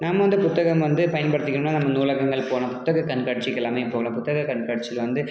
நம்ம வந்து புத்தகம் வந்து பயன்படுத்துக்கிணும்னால் நம்ம நூலகங்கள் போகலாம் புத்தகங்கள் கண்காட்சிக்கு எல்லாமே போகலாம் புத்தக கண்காட்சியில் வந்து